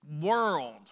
world